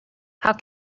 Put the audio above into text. how